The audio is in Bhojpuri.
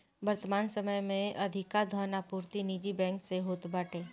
वर्तमान समय में अधिका धन आपूर्ति निजी बैंक से होत बाटे